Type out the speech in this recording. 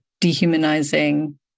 dehumanizing